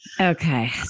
Okay